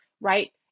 right